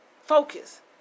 focus